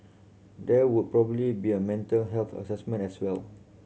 there would probably be a mental health assessment as well